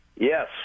Yes